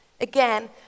Again